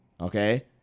Okay